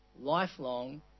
Lifelong